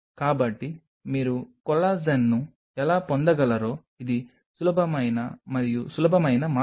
కాబట్టి మీరు కొల్లాజెన్ను ఎలా పొందగలరో ఇది సులభమైన మరియు సులభమైన మార్గం